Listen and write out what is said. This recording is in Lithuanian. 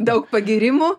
daug pagyrimų